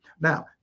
Now